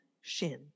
shin